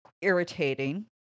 irritating